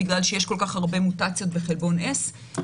בגלל שיש כל כך הרבה מוטציות בחלבון S,